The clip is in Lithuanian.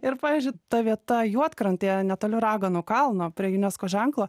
ir pavyzdžiui ta vieta juodkrantėje netoli raganų kalno prie unesco ženklo